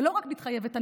ולא רק "מתחייבת אני".